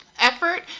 Effort